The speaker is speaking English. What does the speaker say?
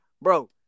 bro